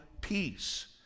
peace